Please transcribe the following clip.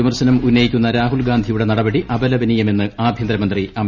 വിമർശനം ഉന്നയിക്കുന്ന രാഹുൽ ഗാന്ധിയുടെ നടപടി അപലപനീയമെന്ന് ആഭ്യന്തർമന്ത്രി അമിത്ഷാ